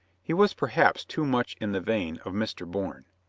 he was perhaps too much in the vein of mr. bourne.